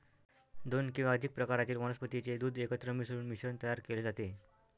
दोन किंवा अधिक प्रकारातील वनस्पतीचे दूध एकत्र मिसळून मिश्रण तयार केले जाते